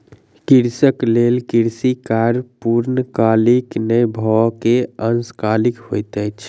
कृषक लेल कृषि कार्य पूर्णकालीक नै भअ के अंशकालिक होइत अछि